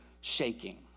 shaking